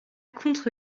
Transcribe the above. contre